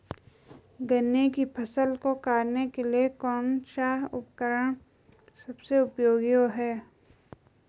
गन्ने की फसल को काटने के लिए कौन सा उपकरण सबसे उपयोगी है?